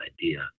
idea